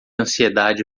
ansiedade